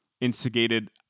instigated